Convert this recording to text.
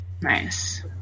Nice